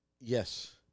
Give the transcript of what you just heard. Yes